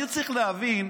אני צריך להבין,